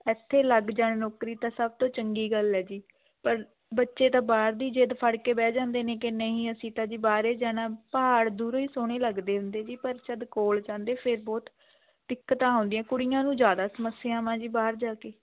ਇੱਥੇ ਲੱਗ ਜਾਣ ਨੌਕਰੀ ਤਾਂ ਸਭ ਤੋਂ ਚੰਗੀ ਗੱਲ ਹੈ ਜੀ ਪਰ ਬੱਚੇ ਤਾਂ ਬਾਹਰ ਦੀ ਜਿੱਦ ਫੜ੍ਹ ਕੇ ਬਹਿ ਜਾਂਦੇ ਨੇ ਕਿ ਨਹੀਂ ਅਸੀਂ ਤਾਂ ਜੀ ਬਾਹਰ ਏ ਜਾਣਾ ਪਹਾੜ ਦੂਰੋਂ ਹੀ ਸੋਹਣੇ ਲੱਗਦੇ ਹੁੰਦੇ ਜੀ ਪਰ ਜਦੋਂ ਕੋਲ ਜਾਂਦੇ ਫਿਰ ਬਹੁਤ ਦਿੱਕਤਾਂ ਆਉਂਦੀਆਂ ਕੁੜੀਆਂ ਨੂੰ ਜ਼ਿਆਦਾ ਸਮੱਸਿਆਵਾਂ ਜੀ ਬਾਹਰ ਜਾ ਕੇ